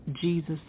Jesus